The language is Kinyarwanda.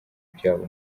byabo